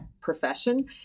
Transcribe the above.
profession